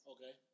Okay